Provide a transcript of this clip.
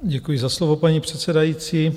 Děkuji za slovo, paní předsedající.